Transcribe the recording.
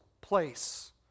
place